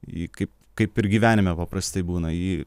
ji kaip kaip ir gyvenime paprastai būna ji